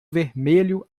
vermelho